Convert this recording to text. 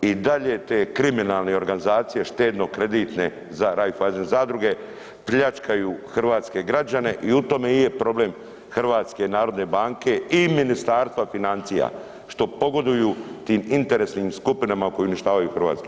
I dalje te kriminalne organizacije štedno-kreditne za Raiffeisen zadruge, pljačkaju hrvatske građane i u tome i je problem HNB-a i Ministarstva financija, što pogoduju tim interesnim skupinama koje uništavaju hrvatski narod.